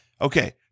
okay